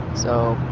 so